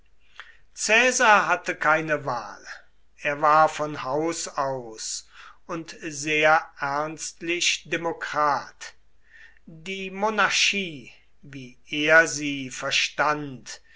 hatte keine wahl er war von haus aus und sehr ernstlich demokrat die monarchie wie er sie verstand